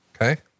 Okay